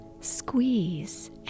Squeeze